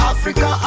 Africa